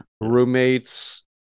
roommates